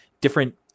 different